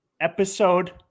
Episode